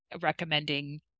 recommending